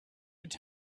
could